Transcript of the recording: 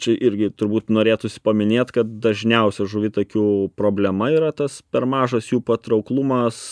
čia irgi turbūt norėtųsi paminėt kad dažniausia žuvitakių problema yra tas per mažas jų patrauklumas